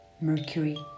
Mercury